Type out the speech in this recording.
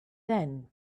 then